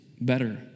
better